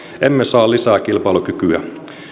emme saa lisää kilpailukykyä